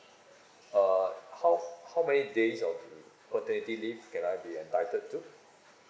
uh how how many days of mm paternity leave can I be entitled to